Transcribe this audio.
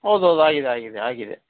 ಹೌದೌದು ಆಗಿದೆ ಆಗಿದೆ ಆಗಿದೆ